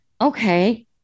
Okay